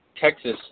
Texas